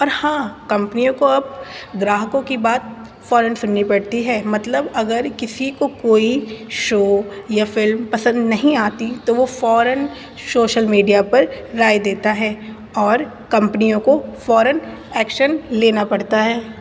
اور ہاں کمپنیوں کو اب گراہکوں کی بات فوراً سننی پڑتی ہے مطلب اگر کسی کو کوئی شو یا فلم پسند نہیں آتی تو وہ فوراً شوشل میڈیا پر رائے دیتا ہے اور کمپنیوں کو فوراً ایکشن لینا پڑتا ہے